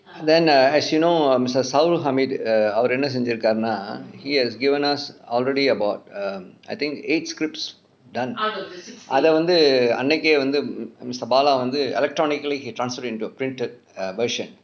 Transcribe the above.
then uh as you know um mister sauru hamid err அவர் என்ன செஞ்சிருக்கார்னா:avar enna senjirukkaarnaa he has given us already about um I think eight scripts done அதை வந்து அன்னைக்கே வந்து:athai vanthu annaikkae vanthu mr bala வந்து:vanthu electronically he transferred into a printed err version